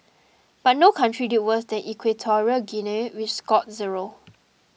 but no country did worse than Equatorial Guinea which scored zero